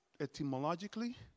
etymologically